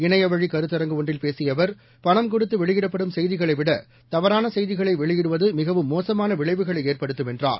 இணையவழி கருத்தரங்கு ஒன்றில் பேசிய அவர் பணம் கொடுத்து வெளியிடப்படும் செய்திகளை விட தவறான செய்திகளை வெளியிடுவது மிகவும் மோசமான விளைவுகளை ஏற்படுத்தும் என்றார்